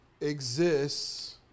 exists